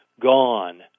gone